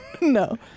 No